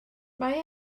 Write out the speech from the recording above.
mae